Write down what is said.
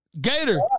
Gator